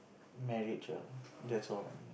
marriage ah that's all